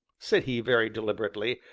said he, very deliberately,